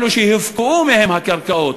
אלו שהופקעו מהם הקרקעות,